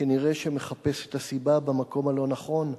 כנראה מחפש את הסיבה במקום הלא-נכון.